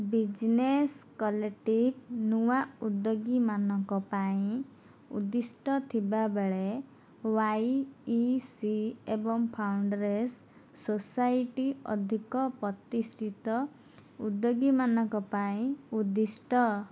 business collective ନୂଆ ଉଦ୍ୟୋଗୀମାନଙ୍କ ପାଇଁ ଉଦ୍ଦିଷ୍ଟ ଥିବାବେଳେ ୱାଇ ଇ ସି ଏବଂ ଫାଉଣ୍ଡରେସ୍ ସୋସାଇଟି ଅଧିକ ପ୍ରତିଷ୍ଠିତ ଉଦ୍ୟୋଗୀମାନଙ୍କ ପାଇଁ ଉଦ୍ଦିଷ୍ଟ